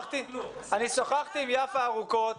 אני שוחחתי עם יפה ארוכות,